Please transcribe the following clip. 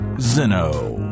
Zeno